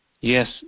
Yes